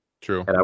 true